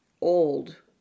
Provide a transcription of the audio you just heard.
old